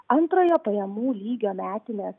antrojo pajamų lygio metinės